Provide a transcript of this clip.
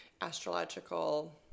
astrological